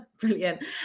Brilliant